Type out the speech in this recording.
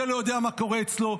וזה לא יודע מה קורה אצלו.